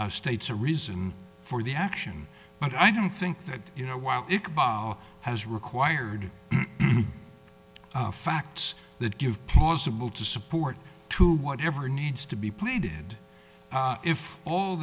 states a reason for the action but i don't think that you know while it has required facts that give plausible to support to whatever needs to be pleaded if all